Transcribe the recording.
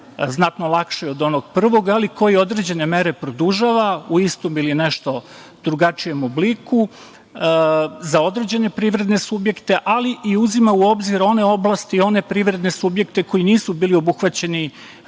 znatno lakši od onog prvog, ali koji određene mere produžava u istom ili nešto drugačijem obliku za određene privredne subjekte, ali o uzima u obzir one oblasti, one privredne subjekte koji nisu bili obuhvaćeni